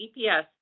EPS